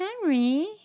Henry